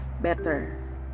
better